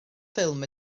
ffilm